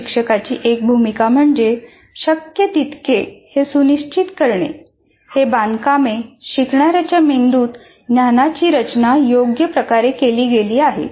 शिक्षकाची एक भूमिका म्हणजे शक्य तितके हे सुनिश्चित करणे हे बांधकामे शिकणार्याच्या मेंदूत ज्ञानाची रचना योग्य प्रकारे केली गेली आहे